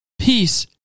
Peace